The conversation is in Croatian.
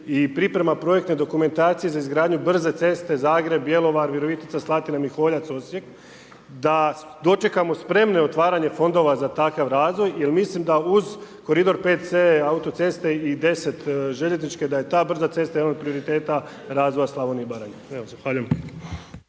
i priprema projekte dokumentacije za izgradnju brze ceste Zagreb, Bjelovar, Virovitica, Slatina, Miholjac, Osijek, da dočekamo spremne otvaranje fondova za takav razvoj jer mislim da uz koridor 5C autoceste i 10 željezničke da je ta brza cesta jedan od prioriteta razvoja Slavonije i Baranje.